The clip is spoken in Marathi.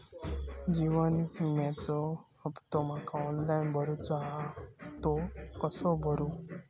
जीवन विम्याचो हफ्तो माका ऑनलाइन भरूचो हा तो कसो भरू?